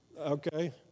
Okay